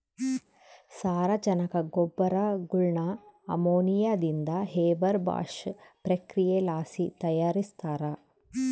ಸಾರಜನಕ ಗೊಬ್ಬರಗುಳ್ನ ಅಮೋನಿಯಾದಿಂದ ಹೇಬರ್ ಬಾಷ್ ಪ್ರಕ್ರಿಯೆಲಾಸಿ ತಯಾರಿಸ್ತಾರ